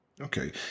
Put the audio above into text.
Okay